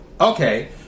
Okay